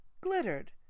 glittered